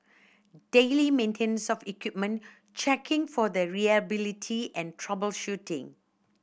daily maintenance of equipment checking for the reliability and troubleshooting